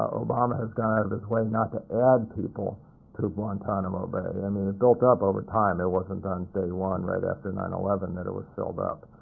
obama has gone out of his way not to add people to guantanamo bay. i mean, it built up over time. it wasn't done day one, right after nine eleven, that it was filled up.